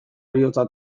heriotza